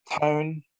tone